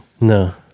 No